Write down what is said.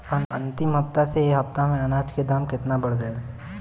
अंतिम हफ्ता से ए हफ्ता मे अनाज के दाम केतना बढ़ गएल?